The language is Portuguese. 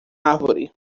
árvore